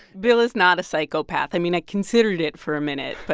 bill is not a psychopath. i mean, i considered it for a minute. but.